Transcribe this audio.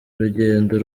urugendo